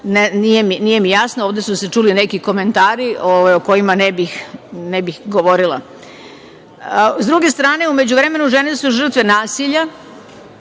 nije mi jasno. Ovde su se čuli neki komentari, o kojima ne bih govorila. Sa druge strane, u međuvremenu žene su žrtve nasilja,